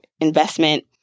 investment